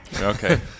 Okay